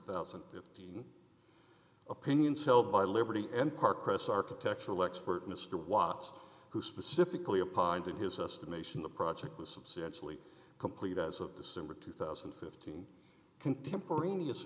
thousand opinions held by liberty and park press architectural expert mr watts who specifically a pint in his estimation the project was substantially complete as of december two thousand and fifteen contemporaneous